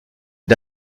les